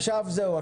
עכשיו זהו,